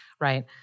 Right